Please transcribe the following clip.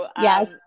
Yes